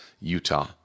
Utah